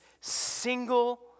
single